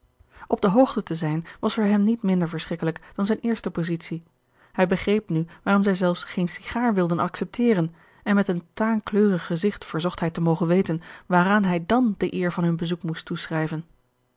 op de hoogte te zijn was voor hem niet minder verschrikkelijk dan zijne eerste positie hij begreep nu waarom zij zelfs geene sigaar wilden accepteren en met een taankleurig gezigt verzocht hij te mogen weten waaraan hij dàn de eer van hun bezoek moest toeschrijven